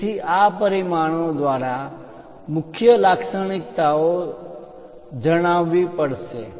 તેથી આ પરિમાણો દ્વારા મુખ્ય લાક્ષણિકતાઓ જણાવવી પડશે